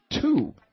two